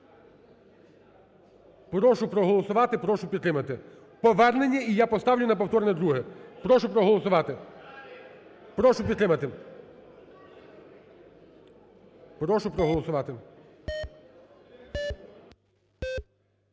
Прошу проголосувати. Прошу підтримати. Повернення, і я поставлю на повторне друге. Прошу проголосувати. Прошу підтримати. Прошу проголосувати.